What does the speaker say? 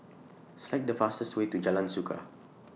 Select The fastest Way to Jalan Suka